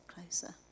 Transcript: closer